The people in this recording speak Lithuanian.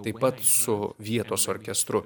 taip pat su vietos orkestru